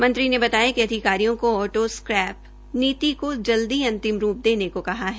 मंत्री ने बताया कि अधिकारियों को ऑटो स्क्रैप नीति को जल्दी अंतिम रूप देने को कहा है